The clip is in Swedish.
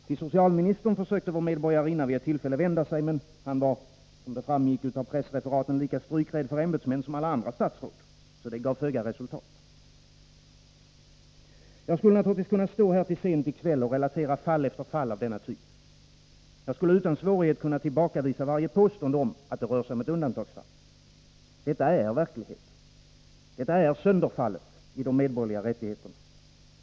Till socialministern försökte vår medborgarinna vid ett tillfälle vända sig, men han var, som det framgick av pressreferaten, lika strykrädd för ämbetsmän som alla andra statsråd — så det gav föga resultat. Jag skulle naturligtvis kunna stå här till sent i kväll och relatera fall efter fall av denna typ. Jag skulle utan svårighet kunna tillbakavisa varje påstående om att det rör sig om ett undantagsfall. Detta är verkligheten. Detta är sönderfallet av de medborgerliga rättigheterna.